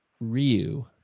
Ryu